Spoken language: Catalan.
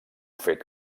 fet